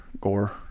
Gore